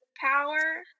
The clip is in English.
power